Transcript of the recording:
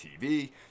TV